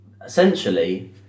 Essentially